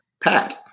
Pat